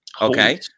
Okay